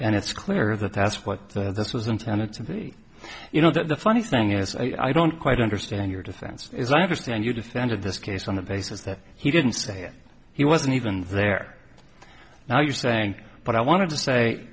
and it's clear that that's what this was intended to be you know the funny thing is i don't quite understand your defense is i understand you defended this case on the basis that he didn't say he wasn't even there now you're saying but i want to say